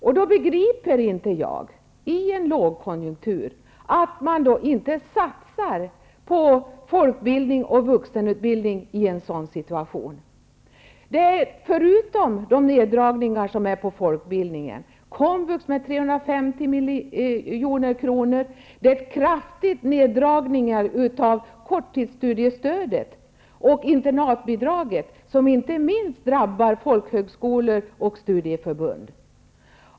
Jag begriper inte varför man inte i en lågkonjunktur satsar på folkbildning och vuxenutbildning. Förutom de neddragningar som görs inom folkbildningen skär man ned på komvux med 350 milj.kr. Vidare görs kraftiga neddragningar av korttidsstudiestödet och av internatbidraget, något som inte minst drabbar folkhögskolor och studieförbund.